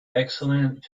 excellent